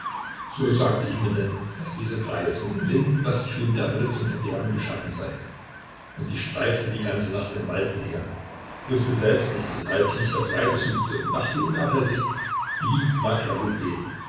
so sagte ich mir denn daß dieser greis mit den lindenbastschuhen der hölle zum verderben geschaffen sei und ich streifte die ganze nacht im walde umher wußte selbst nicht weshalb ich nicht das weite suchte und dachte unablässig wie mag er wohl beten